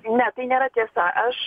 ne tai nėra tiesa aš